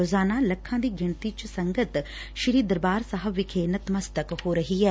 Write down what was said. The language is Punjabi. ਰੋਜ਼ਾਨਾ ਲੱਖਾ ਦੀ ਗਿਣਤੀ ਚ ਸੰਗਤ ਸ੍ਰੀ ਦਰਬਾਰ ਸਾਹਿਬ ਵਿਖੇ ਨਤਮਸਤਕ ਹੋ ਰਹੀ ਐ